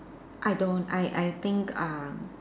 I don't I I think uh